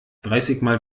dreißigmal